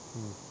mm